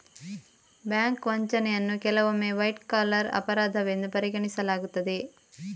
bank ವಂಚನೆಯನ್ನು ಕೆಲವೊಮ್ಮೆ white collar ಅಪರಾಧವೆಂದು ಪರಿಗಣಿಸಲಾಗುತ್ತದೆ